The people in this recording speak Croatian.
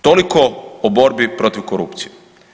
Toliko o borbi protiv korupcije.